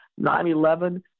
9-11